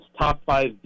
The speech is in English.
top-five